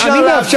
אני מאפשר,